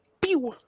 pew